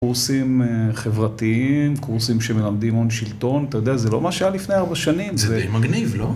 קורסים אה.. חברתיים, קורסים שמלמדים הון שלטון, אתה יודע, זה לא מה שהיה לפני ארבע שנים. זה די מגניב, לא?